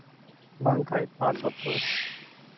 ᱵᱝᱠᱷᱟᱱ ᱯᱟᱸᱪ ᱵᱚᱪᱷᱚᱨ